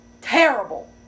Terrible